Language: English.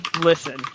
Listen